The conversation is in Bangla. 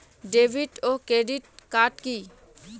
ডেভিড ও ক্রেডিট কার্ড কি?